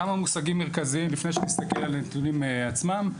כמה נתונים מרכזיים לפני שנסתכל על הנתונים עצמם.